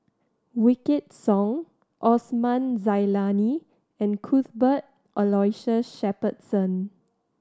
Wykidd Song Osman Zailani and Cuthbert Aloysius Shepherdson